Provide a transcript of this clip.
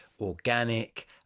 organic